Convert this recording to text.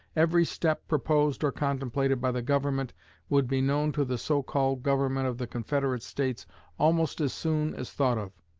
every step proposed or contemplated by the government would be known to the so-called government of the confederate states almost as soon as thought of.